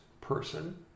person